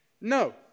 no